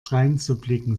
dreinzublicken